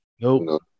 Nope